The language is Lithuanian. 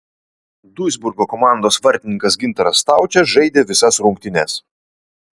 duisburgo komandos vartininkas gintaras staučė žaidė visas rungtynes